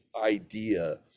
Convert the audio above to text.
idea